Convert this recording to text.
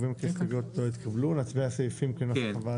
הצבעה לא אושר נצביע על הסעיפים כנוסח הוועדה.